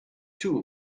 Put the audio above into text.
two